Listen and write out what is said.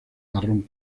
marrón